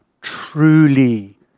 truly